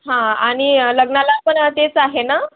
हां आणि लग्नाला पण तेच आहे ना